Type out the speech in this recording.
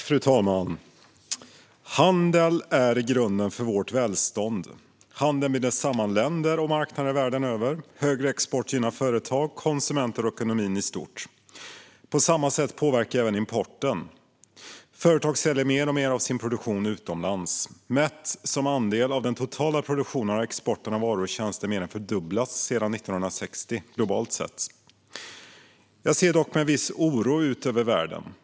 Fru talman! Handel är grunden för vårt välstånd. Handel binder samman länder och marknader världen över. Högre export gynnar företag, konsumenter och ekonomin i stort. På samma sätt påverkar även importen. Företag säljer mer och mer av sin produktion utomlands. Mätt som andel av den totala produktionen har exporten av varor och tjänster globalt sett mer än fördubblats sedan 1960. Jag ser dock med en viss oro ut över världen.